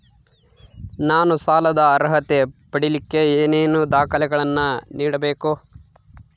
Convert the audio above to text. ನಾನು ಸಾಲದ ಅರ್ಹತೆ ಪಡಿಲಿಕ್ಕೆ ಏನೇನು ದಾಖಲೆಗಳನ್ನ ನೇಡಬೇಕು?